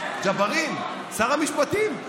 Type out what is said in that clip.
ג'בארין שר המשפטים?